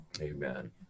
Amen